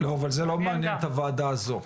זה לא מעניין את הוועדה הזאת.